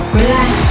relax